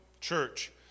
church